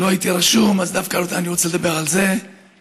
לא הייתי רשום, אני דווקא רוצה לדבר על זה כרגע.